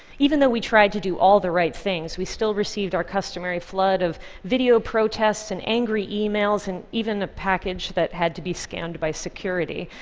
even though we tried to do all the right things, we still received our customary flood of video protests and angry emails and even a package that had to be scanned by security,